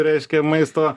reiškia maisto